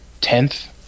tenth